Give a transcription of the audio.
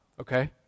okay